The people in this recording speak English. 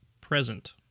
present